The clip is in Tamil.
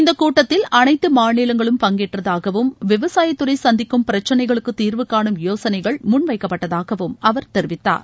இந்த கூட்டத்தில் அனைத்து மாநிலங்களும் பங்கேற்றதாகவும் விவசாயத் துறை சந்திக்கும் பிரச்னைகளுக்கு தீர்வுகாணும் யோசனைகள் முன் வைக்கப்பட்டதாகவும் அவர் தெரிவித்தார்